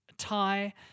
tie